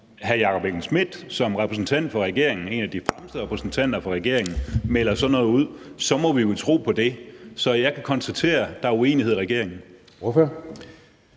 hr. Jakob Engel-Schmidt som en af de fremmeste repræsentanter for regeringen melder sådan noget ud, må vi vel tro på det. Så jeg kan konstatere, at der er uenighed i regeringen.